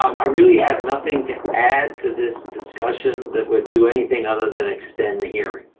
um i really have nothing to add to this discussion that would do anything other than extend the hearing.